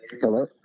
Hello